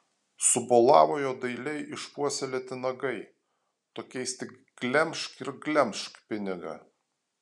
subolavo jo dailiai išpuoselėti nagai tokiais tik glemžk ir glemžk pinigą